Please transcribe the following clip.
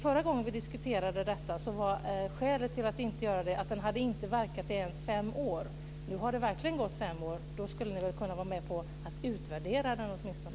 Förra gången vi diskuterade detta var skälet för att inte göra det att den inte hade verkat i ens fem år. Nu har det verkligen gått fem år. Då skulle ni väl kunna vara med på att utvärdera den åtminstone.